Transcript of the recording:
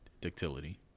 Ductility